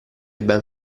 ben